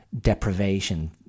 deprivation